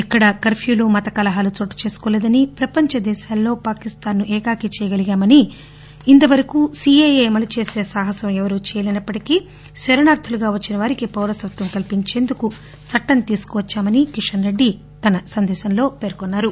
ఎక్కడ కర్ప్యూలు మతకలహాలు చోటు చేసుకోలేదని ప్రపంచ దేశాల్లో పాకిస్తాన్ ను ఏకాకి చేయగలిగామని ఇంతవరకు సిఎఎ అమలు చేసే సాహసం ఎవరూ చేయనప్పటికీ శరణార్దులుగా వచ్చిన వారికి పౌరసత్వం కల్పించేందుకు చట్టం తీసుకోచ్సామని కిషన్ రెడ్డి తన సందేశంలో పేర్కొన్నారు